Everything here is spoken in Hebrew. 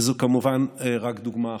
וזו כמובן רק דוגמה אחת.